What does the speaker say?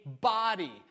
body